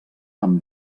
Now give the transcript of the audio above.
amb